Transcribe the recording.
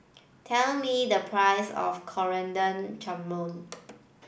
tell me the price of Coriander Chutney